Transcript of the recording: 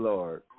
Lord